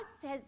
says